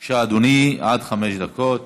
בבקשה, אדוני, עד חמש דקות.